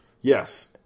Yes